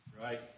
Right